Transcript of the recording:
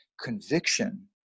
conviction